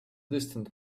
distant